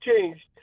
changed